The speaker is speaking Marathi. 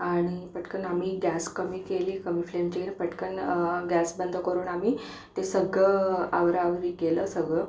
आणि पटकन आम्ही गॅस कमी केले कमी फ्लेमचे पटकन गॅस बंद करून आम्ही ते सगळं आवराआवरी केलं सगळं